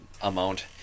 amount